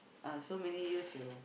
ah so many years you